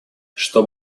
что